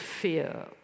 fear